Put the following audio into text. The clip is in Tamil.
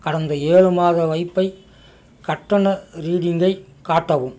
கடந்த ஏழு மாத வைஃபை கட்டண ரீடிங்கை காட்டவும்